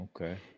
Okay